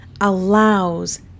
allows